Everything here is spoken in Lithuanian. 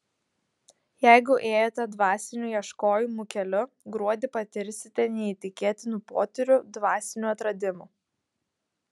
jeigu ėjote dvasinių ieškojimų keliu gruodį patirsite neįtikėtinų potyrių dvasinių atradimų